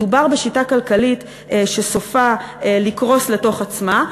מדובר בשיטה כלכלית שסופה לקרוס לתוך עצמה.